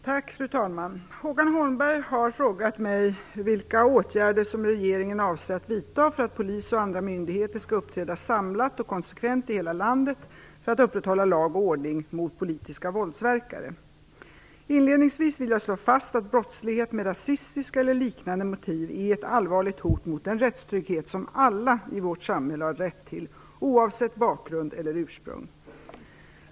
Fru talman! Håkan Holmberg har frågat mig vilka åtgärder regeringen avser att vidta för att polis och andra myndigheter skall uppträda samlat och konsekvent i hela landet för att upprätthålla lag och ordning mot politiska våldsverkare. Inledningsvis vill jag slå fast att brottslighet med rasistiska eller liknande motiv är ett allvarligt hot mot den rättstrygghet som alla i vårt samhälle har rätt till oavsett bakgrund eller ursprung.